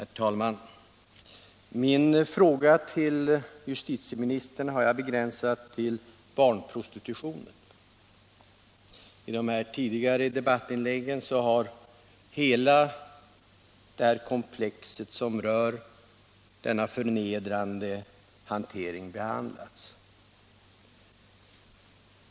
Herr talman! Min fråga till justitieministern har jag begränsat till barnprostitutionen. I de tidigare debattinläggen har hela det komplex som rör denna förnedrande hantering behandlats.